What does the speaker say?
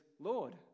Lord